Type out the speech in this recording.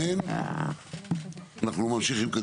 נמשיך.